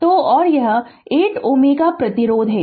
तो और यह 8 Ω प्रतिरोध है